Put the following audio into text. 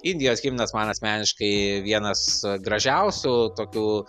indijos himnas man asmeniškai vienas gražiausių tokių